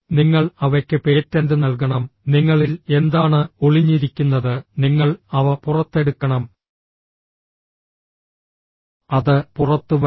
നിങ്ങൾ അവയ്ക്ക് പേറ്റന്റ് നൽകണം നിങ്ങളിൽ എന്താണ് ഒളിഞ്ഞിരിക്കുന്നത് നിങ്ങൾ അവ പുറത്തെടുക്കണം അത് പുറത്തുവരണം